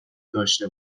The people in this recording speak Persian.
داشته